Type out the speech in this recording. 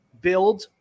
build